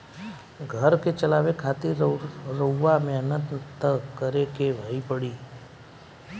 घर के चलावे खातिर रउआ मेहनत त करें के ही पड़ी